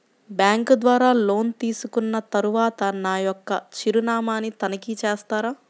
Bank ద్వారా loan తీసుకున్న తరువాత నా యొక్క చిరునామాని తనిఖీ చేస్తారా?